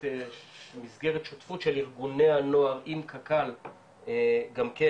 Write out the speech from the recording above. מסגרת שותפות של ארגוני הנוער עם קק"ל גם כן